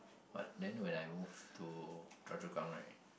but then when I move to Choa-Chu-Kang right